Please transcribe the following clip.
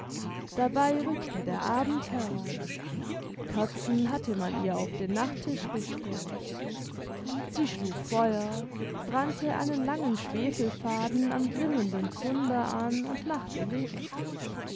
dabei rückte der abend heran kerzen hatte man ihr auf den nachttisch gestellt sie schlug feuer brannte einen langen schwefelfaden am glimmenden zunder an und machte licht